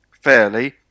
fairly